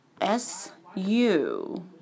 S-U